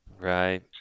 Right